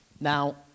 Now